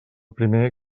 primer